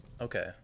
Okay